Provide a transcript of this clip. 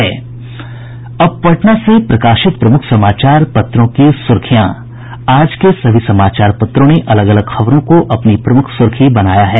अब पटना से प्रकाशित प्रमुख समाचार पत्रों की सुर्खियां आज के सभी समाचार पत्रों ने अलग अलग खबरों को अपनी प्रमुख सुर्खी बनाया है